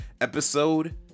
Episode